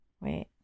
Wait